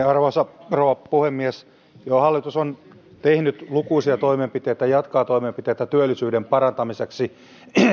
arvoisa rouva puhemies hallitus on tehnyt lukuisia toimenpiteitä ja jatkaa toimenpiteitä työllisyyden parantamiseksi